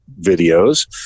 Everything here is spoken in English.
videos